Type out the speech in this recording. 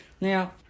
Now